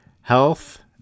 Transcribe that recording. health